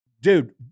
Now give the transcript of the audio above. Dude